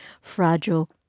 fragile